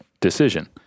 decision